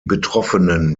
betroffenen